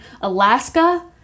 alaska